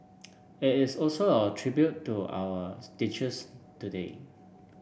it is also a tribute to our teachers today